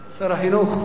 שר החינוך,